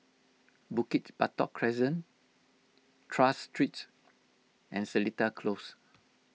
Bukit Batok Crescent Tras Street and Seletar Close